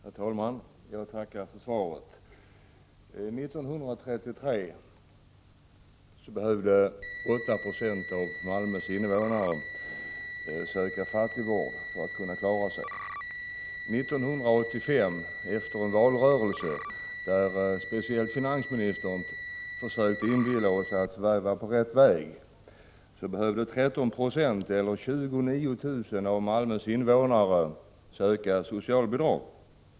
Herr talman! Jag tackar för svaret. 1933 behövde 8 96 av Malmös invånare söka fattigvård för att klara sig. 1985, efter en valrörelse där speciellt finansministern försökte inbilla oss att Sverige var på rätt väg, behövde 13 960 eller 29 000 av Malmös invånare söka socialbidrag.